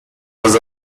was